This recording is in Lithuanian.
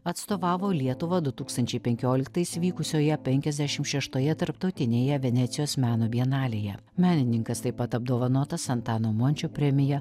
atstovavo lietuvą du tūkstančiai penkioliktaisiais vykusioje penkiasdešim šeštoje tarptautinėje venecijos meno bienalėje menininkas taip pat apdovanotas antano mončio premija